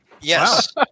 Yes